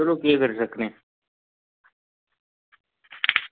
चलो केह् करी सकने